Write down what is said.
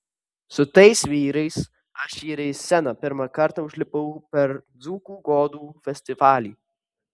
su tais vyrais aš ir į sceną pirmą kartą užlipau per dzūkų godų festivalį